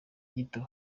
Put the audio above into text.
gito